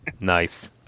Nice